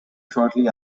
shortly